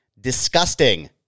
disgusting